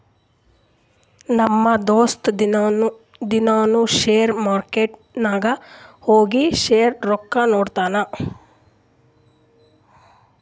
ನಮ್ ದೋಸ್ತ ದಿನಾನೂ ಶೇರ್ ಮಾರ್ಕೆಟ್ ನಾಗ್ ಹೋಗಿ ಶೇರ್ದು ರೊಕ್ಕಾ ನೋಡ್ತಾನ್